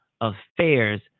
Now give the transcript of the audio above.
affairs